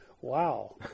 wow